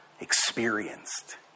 experienced